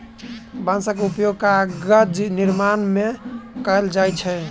बांसक उपयोग कागज निर्माण में कयल जाइत अछि